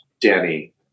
Danny